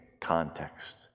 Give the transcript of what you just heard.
context